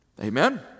Amen